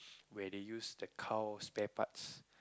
where they use the cow's spare parts